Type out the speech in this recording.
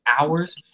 hours